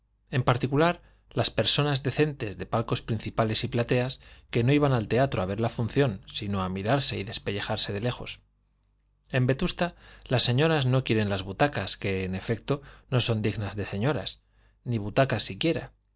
en particular las personas decentes de palcos principales y plateas que no iban al teatro a ver la función sino a mirarse y despellejarse de lejos en vetusta las señoras no quieren las butacas que en efecto no son dignas de señoras ni butacas siquiera